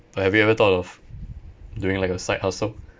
but have you ever thought of doing like a side hustle